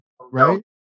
Right